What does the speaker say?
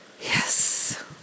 Yes